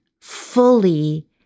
fully